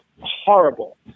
horrible